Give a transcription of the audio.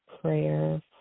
prayer